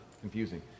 confusing